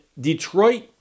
Detroit